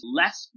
less